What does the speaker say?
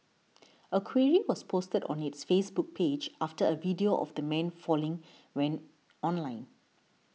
a query was posted on its Facebook page after a video of the man falling went online